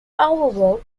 however